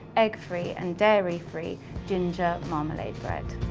egg-free, and dairy-free ginger marmalade bread.